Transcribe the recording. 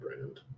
brand